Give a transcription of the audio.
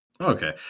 Okay